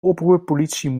oproerpolitie